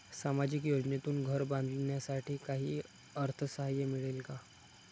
सामाजिक योजनेतून घर बांधण्यासाठी काही अर्थसहाय्य मिळेल का?